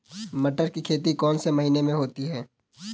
मटर की खेती कौन से महीने में होती है?